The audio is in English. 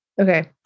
Okay